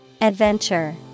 Adventure